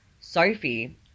Sophie